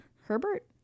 herbert